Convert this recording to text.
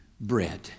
bread